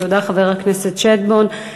תודה, חבר הכנסת שטבון.